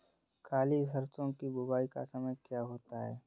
काली सरसो की बुवाई का समय क्या होता है?